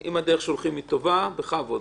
אם הדרך שהולכים היא טובה, בכבוד,